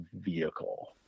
vehicle